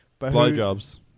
blowjobs